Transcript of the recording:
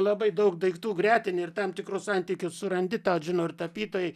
labai daug daiktų gretini ir tam tikrus santykius surandi tą žino ir tapytojai